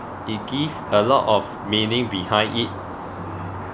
it give a lot of meaning behind it